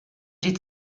die